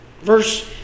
verse